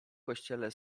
kościele